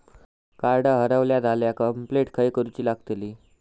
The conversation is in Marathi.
कार्ड हरवला झाल्या कंप्लेंट खय करूची लागतली?